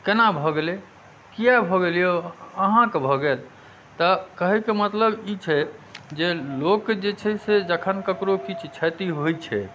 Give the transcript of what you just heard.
केना भऽ गेलै किआ भऽ गेल यौ अहाँकेँ भऽ गेल तऽ कहेके मतलब ई छै जे लोक जे छै से जखन ककरो किछु क्षति होइत छै